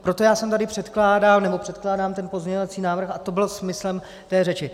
Proto já jsem tady předkládal, nebo předkládám, pozměňovací návrh a ten byl smyslem té řeči.